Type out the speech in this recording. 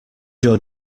your